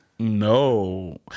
no